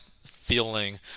feeling